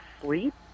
sleep